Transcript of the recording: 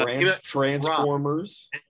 Transformers